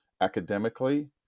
academically